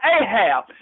Ahab